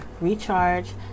recharge